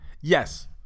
Yes